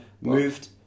moved